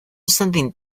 something